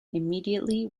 immediately